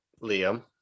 Liam